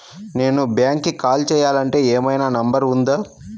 నేను బ్యాంక్కి కాల్ చేయాలంటే ఏమయినా నంబర్ ఉందా?